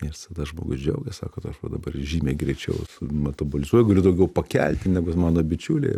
ir tada žmogus džiaugias sako aš va dabar žymiai greičiau metobolizuoju galiu daugiau pakelti negu mano bičiuliai